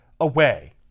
away